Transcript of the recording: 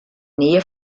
nähe